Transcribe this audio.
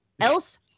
else